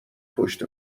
پشت